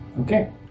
Okay